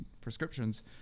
prescriptions